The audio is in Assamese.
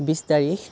বিছ তাৰিখ